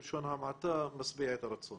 בלשון המעטה, משביע את הרצון